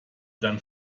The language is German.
dein